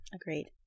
Agreed